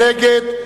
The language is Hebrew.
מי נגד?